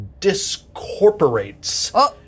discorporates